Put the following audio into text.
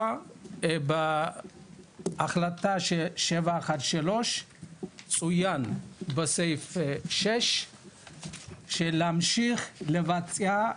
בהחלטה 713 צוין בסעיף 6 להמשיך לבצע,